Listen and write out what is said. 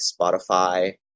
Spotify